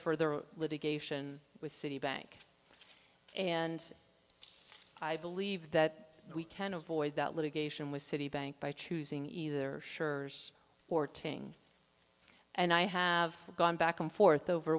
further litigation with citibank and i believe that we can avoid that litigation with citibank by choosing either sure's or ting and i have gone back and forth over